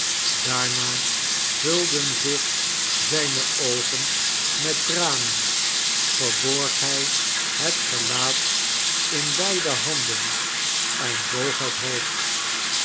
daama vulden zioh zijne oogen met tranen vartaorg hij bet gelaat in beidie handen en boog bet hoofd